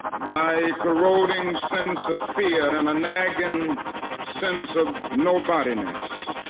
by a corroding sense of fear and a nagging sense of nobody-ness.